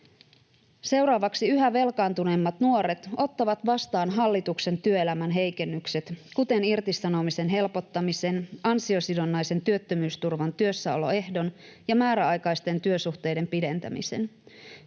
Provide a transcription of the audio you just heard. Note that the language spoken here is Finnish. Seuraavaksi yhä velkaantuneemmat nuoret ottavat vastaan hallituksen työelämän heikennykset, kuten irtisanomisen helpottamisen, ansiosidonnaisen työttömyysturvan työssäoloehdon ja määräaikaisten työsuhteiden pidentämisen.